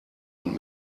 und